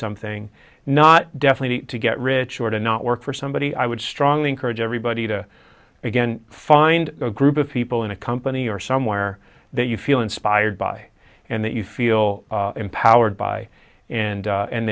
something not definitely to get rich or to not work for somebody i would strongly encourage everybody to again find a group of people in a company or somewhere that you feel inspired by and that you feel empowered by